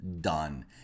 done